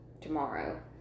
Tomorrow